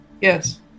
Yes